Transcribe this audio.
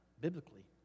biblically